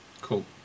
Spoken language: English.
Cool